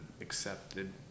accepted